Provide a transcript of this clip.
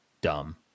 Dumb